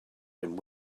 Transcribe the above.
and